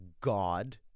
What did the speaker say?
God